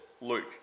Luke